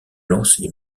lancer